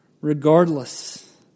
regardless